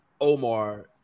Omar